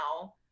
now